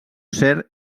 cert